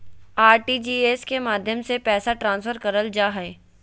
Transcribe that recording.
RTGS के माध्यम से पैसा ट्रांसफर करल जा हय